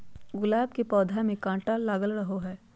गुलाब के पौधा में काटा लगल रहो हय